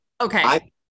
Okay